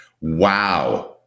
Wow